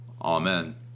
amen